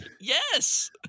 yes